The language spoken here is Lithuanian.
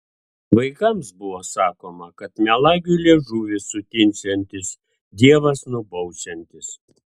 vaikams buvo sakoma kad melagiui liežuvis sutinsiantis dievas nubausiantis